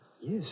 Yes